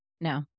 No